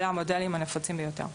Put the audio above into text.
אלה המודלים הנפוצים ביותר.